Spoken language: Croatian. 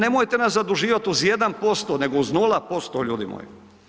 Nemojte nas zaduživat uz 1% nego uz 0% ljudi moji.